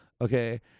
okay